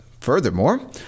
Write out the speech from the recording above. Furthermore